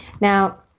Now